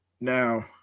now